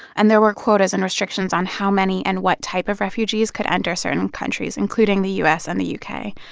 and there were quotas and restrictions on how many and what type of refugees could enter certain countries, including the u s. and the u k.